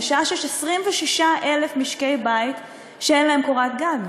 בשעה שיש 26,000 משקי בית שאין להם קורת גג.